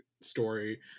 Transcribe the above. story